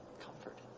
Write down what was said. comfort